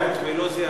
ולא זה,